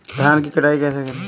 धान की कटाई कैसे करें?